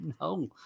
no